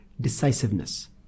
decisiveness